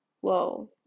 Whoa